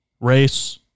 race